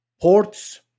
Ports